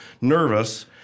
nervous